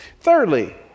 Thirdly